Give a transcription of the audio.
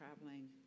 traveling